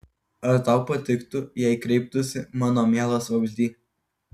ar tau patiktų jei kreiptųsi mano mielas vabzdy